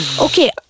Okay